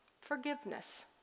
Forgiveness